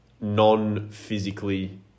non-physically